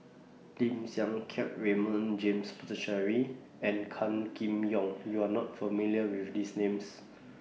Lim Siang Keat Raymond James Puthucheary and Gan Kim Yong YOU Are not familiar with These Names